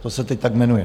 To se teď tak jmenuje.